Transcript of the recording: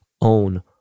own